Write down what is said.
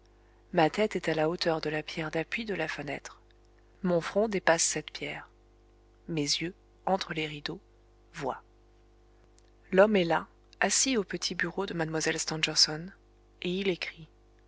ma tête est à la hauteur de la pierre d'appui de la fenêtre mon front dépasse cette pierre mes yeux entre les rideaux voient l'homme est là assis au petit bureau de mlle stangerson et il écrit